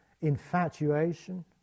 infatuation